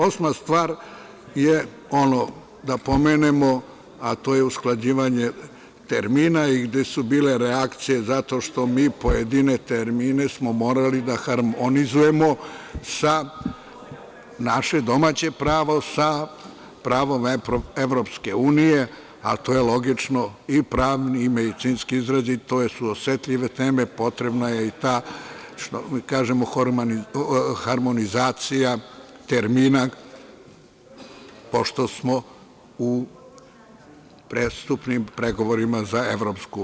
Osma stvar je ono, da pomenemo, a to je usklađivanje termina i gde su bile reakcije zato što mi pojedine termine smo morali da harmonizujemo, naše domaće pravo sa pravom EU, a to je logično i pravni i medicinski izrazi, to su osetljive teme, potrebno je i ta što mi kažemo harmonizacija termina pošto smo u prestupnim pregovorima za EU.